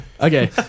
okay